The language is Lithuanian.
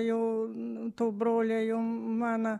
jau to broliai mano